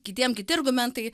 kitiem kiti argumentai